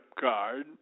card